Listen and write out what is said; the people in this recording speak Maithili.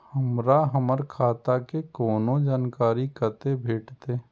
हमरा हमर खाता के कोनो जानकारी कते भेटतै